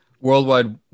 Worldwide